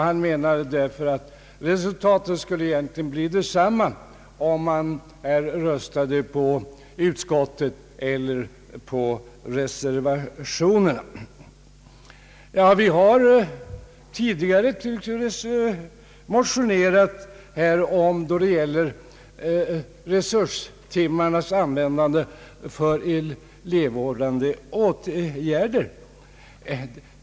Han menade därför att resultatet egentligen skulle bli detsamma, vare sig man röstade på utskottet eller på reservationen. Vi har tidigare motionerat om resurstimmarnas användande för elevvårdande uppgifter.